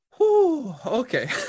Okay